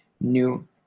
new